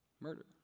murder